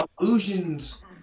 illusions